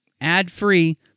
ad-free